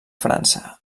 frança